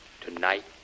Tonight